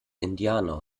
indianer